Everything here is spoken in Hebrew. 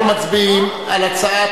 אנחנו עוברים להצבעה ואנחנו מצביעים על הצעת